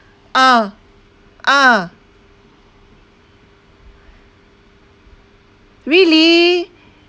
ah ah really